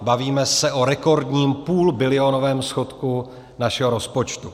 Bavíme se o rekordním půlbilionovém schodku našeho rozpočtu.